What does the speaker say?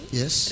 yes